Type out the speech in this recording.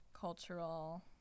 cultural